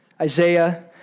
Isaiah